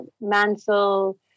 Mansell